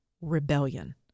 rebellion